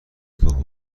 تخم